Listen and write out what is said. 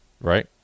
right